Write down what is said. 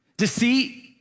Deceit